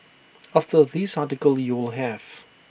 after this article you will have